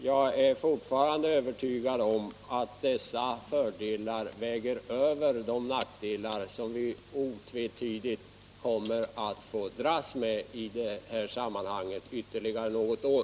Jag är fortfarande övertygad om att dessa fördelar väger över de nackdelar som vi otvetydigt kommer att få dras med i det här sammanhanget ytterligare något år.